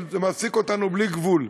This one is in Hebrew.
אבל זה מעסיק אותנו בלי גבול.